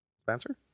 Spencer